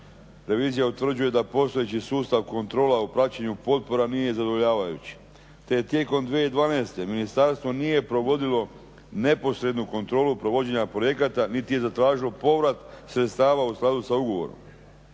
revizija utvrđuje da postojeći sustav kontrola u praćenju potpora nije zadovoljavajuća te je tijekom 2012. Ministarstvo nije provodilo neposrednu kontrolu provođenja projekata niti je zatražio povrat sredstava u skladu sa ugovorom,